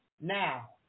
now